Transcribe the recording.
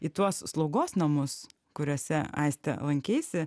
į tuos slaugos namus kuriuose aiste lankeisi